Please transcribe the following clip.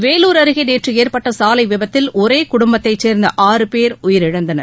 வேலூர் அருகே நேற்று ஏற்பட்ட சாலை விபத்தில் ஒரே குடும்பத்தைச் சேர்ந்த ஆறு பேர் உயிரிழந்தனர்